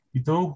Então